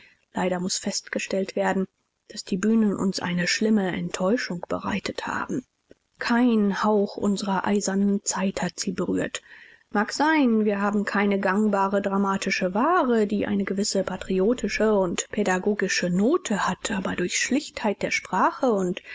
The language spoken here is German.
leider muß festgestellt werden daß die bühnen uns eine schlimme enttäuschung bereitet haben kein hauch unserer eisernen zeit hat sie berührt mag sein wir haben keine gangbare dramatische ware die eine gewisse patriotische und pädagogische note hat aber durch schlichtheit der sprache und